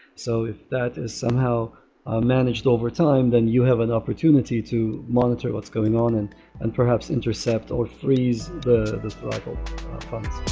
so if that is somehow managed overtime, then you have an opportunity to monitor what's going on and and perhaps intercept or freeze the throttle funds